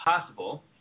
possible